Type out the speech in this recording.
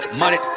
money